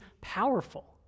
powerful